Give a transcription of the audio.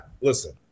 listen